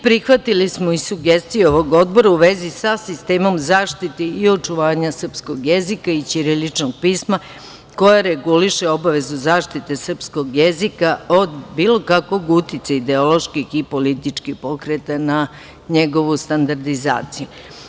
Prihvatili smo i sugestiju ovog odbora u vezi sa sistemom zaštite i očuvanja srpskog jezika i ćiriličnog pisma koje reguliše obavezu zaštite srpskog jezika od bilo kakvog uticaja ideoloških i političkih pokreta na njegovu standardizaciju.